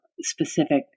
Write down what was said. specific